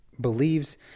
believes